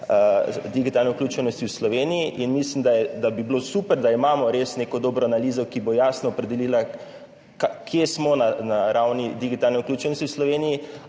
digitalne vključenosti v Sloveniji. Mislim, da bi bilo super, da imamo res neko dobro analizo, ki bo jasno opredelila, kje smo na ravni digitalne vključenosti v Sloveniji,